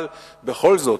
אבל בכל זאת,